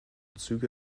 züge